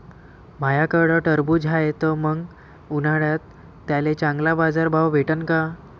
माह्याकडं टरबूज हाये त मंग उन्हाळ्यात त्याले चांगला बाजार भाव भेटन का?